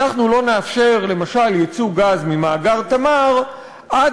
אנחנו לא נאפשר למשל ייצוא גז ממאגר "תמר" עד